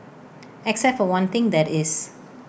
except for one thing that is